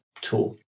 tool